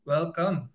Welcome